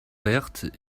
vertes